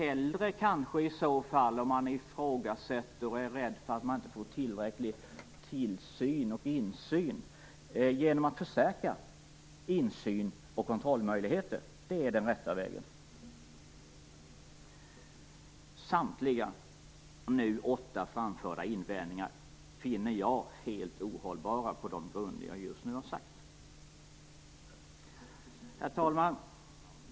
Om man ifrågasätter detta och är rädd för att inte få tillräcklig insyn hade man hellre kunnat förstärka insyn och kontrollmöjligheter. Det hade varit den rätta vägen. Samtliga åtta nu framförda invändningar finner jag helt ohållbara på de grunder jag just nu har sagt. Herr talman!